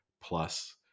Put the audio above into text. plus